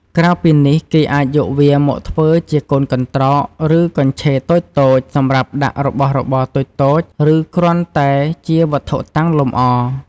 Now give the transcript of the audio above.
ក្រៅពីនេះគេអាចយកវាមកធ្វើជាកូនកន្ត្រក ឬកញ្ឆេរតូចៗ សម្រាប់ដាក់របស់របរតូចៗ ឬគ្រាន់តែជាវត្ថុតាំងលម្អ។